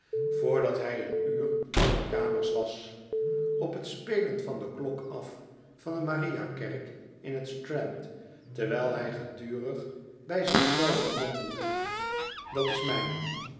hij een uur op de kamers was op t spelen van de klok af van de maria kerk in t strand terwijl hij gedurig bij zich zei ven mompelde dat's mijn